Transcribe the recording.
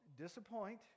disappoint